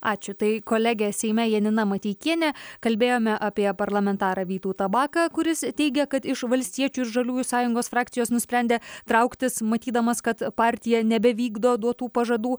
ačiū tai kolegė seime janina mateikienė kalbėjome apie parlamentarą vytautą baką kuris teigia kad iš valstiečių ir žaliųjų sąjungos frakcijos nusprendė trauktis matydamas kad partija nebevykdo duotų pažadų